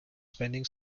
spending